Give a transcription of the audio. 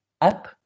up